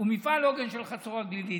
הוא מפעל עוגן של חצור הגלילית.